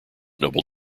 noble